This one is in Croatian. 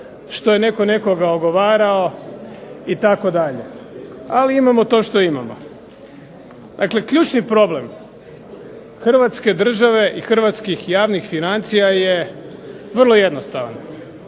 što je netko nekoga ogovarao itd. ali imamo to što imamo. Dakle, ključni problem Hrvatske države i hrvatskih javnih financija je vrlo jednostavan.